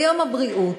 ביום הבריאות,